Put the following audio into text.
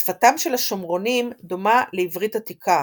שפתם של השומרונים דומה לעברית עתיקה,